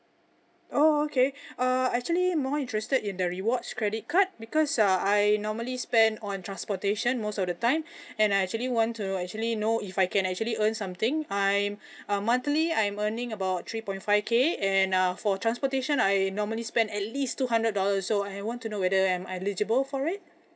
oh okay uh I actually more interested in the rewards credit card because uh I normally spend on transportation most of the time and I actually want to actually know if I can actually earn something I'm uh monthly I'm earning about three point five K and uh for transportation I normally spend at least two hundred dollar so I want to know whether am I eligible for it